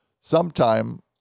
sometime